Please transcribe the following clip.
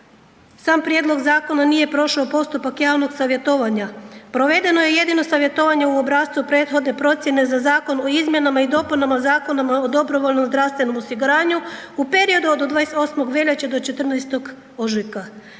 Sam prijedlog zakona nije prošao postupak javnog savjetovanja. Provedeno je jedino savjetovanje u obrascu prethodne procijene za Zakon o izmjenama i dopunama Zakona o dobrovoljnom zdravstvenom osiguranju u periodu od 28. veljače do 14. ožujka.